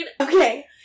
Okay